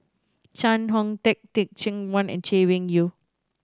Chee Hong Tat Teh Cheang Wan and Chay Weng Yew